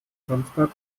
samstag